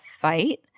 fight